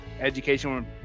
education